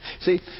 See